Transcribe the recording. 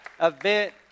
event